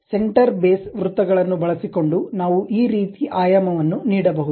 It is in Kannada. ಸೆಂಟರ್ ಬೇಸ್ ವೃತ್ತಗಳನ್ನು ಬಳಸಿಕೊಂಡು ನಾವು ಈ ರೀತಿ ಆಯಾಮವನ್ನು ನೀಡಬಹುದು